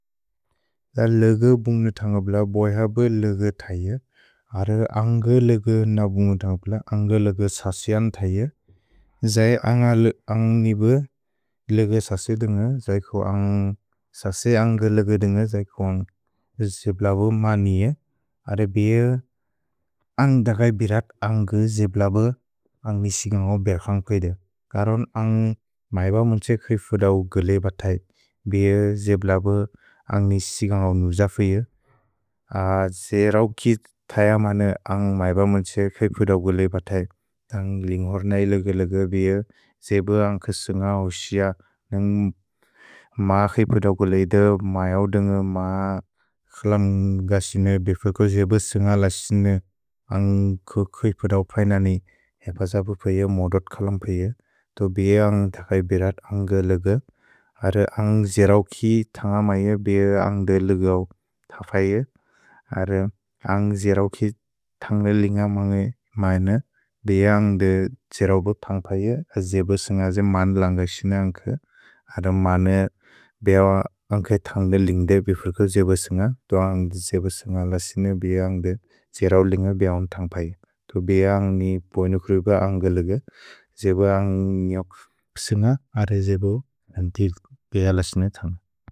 अ ल्ग् बुन्ग्नु तन्गप्ल बोज ब ल्ग् तैअ, अर्र अन्ग् ल्ग् न बुन्ग्नु तन्गप्ल, अन्ग् ल्ग् ससे अन् तैअ, जै अन्ग ल्ग्, अन्ग् नि ब ल्ग् ससे दुन्ग, जै कुअ अन्ग् ससे अन्ग ल्ग् दुन्ग, जै कुअ जिब्लब म निअ, अर्र बिअ अन्ग् दगै बिरत् अन्ग् जिब्लब अन्ग् निसि न्गओ बिअ क्सन्ग् कुअ इद। करुन् अन्ग् मैब म्न्त्से क्इ फुदव् गुल् बतै, बिअ जिब्लब अन्ग् निसि न्गओ नुज फिअ, जै रव् कि तैअ मन अन्ग् मैब म्न्त्से क्इ फुदव् गुल् बतै, तन्ग लिन्घोर् नै ल्ग् ल्ग् बिअ, ज्ब अन्ग् क् स्न्ग ओ क्सिअ, नन्ग् मा क्इ फुदव् गुल् इद, मैऔ दुन्ग मा क्स्लम् ग क्सिन, बिफेको ज्ब स्न्ग ल क्सिन, अन्ग् कुअ क्इ फुदव् पैन नि हेप जबु पिअ, मोदोद् क्सलम् पिअ। तो बिअ अन्ग् दगै बिरत् अन्ग् ग् ल्ग्, अर्र अन्ग् जिरव् कि तन्ग मैअ बिअ अन्ग् द् ल्ग्व् त फैअ, अर्र अन्ग् जिरव् कि तन्ग लिन्ग मैन, बिअ अन्ग् द् जिरव् ब्प् तन्ग् पैअ, ज्ब स्न्ग ज् मन् लन्ग क्सिन अन्ग् क्, अर्र मन बिअ अन्ग् क् तन्ग लिन्ग्द बिफेको ज्ब स्न्ग, तो अन्ग् ज्ब स्न्ग ल क्सिन बिअ अन्ग् द् जिरव् लिन्ग बिअ उन् तन्ग् पैअ। तो बिअ अन्ग् नि पोइ नुख्रुब अन्ग् ग् ल्ग्, ज्ब अन्ग् न्जोक् स्न्ग, अर्रे ज्बु न्दि बिअ ल क्सिन तन्ग।